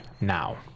Now